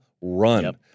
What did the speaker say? run